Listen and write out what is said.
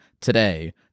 today